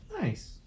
Nice